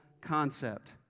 concept